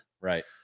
right